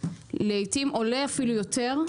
לעיתים עולה אפילו יותר,